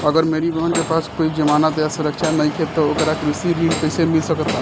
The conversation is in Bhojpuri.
अगर मेरी बहन के पास कोई जमानत या सुरक्षा नईखे त ओकरा कृषि ऋण कईसे मिल सकता?